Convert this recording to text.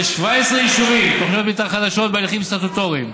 ל-17 יישובים תוכניות מתאר חדשות בהליכים סטטוטוריים,